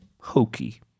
hokey